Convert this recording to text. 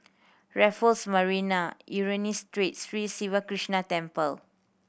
Raffles Marina Ernani Street Sri Siva Krishna Temple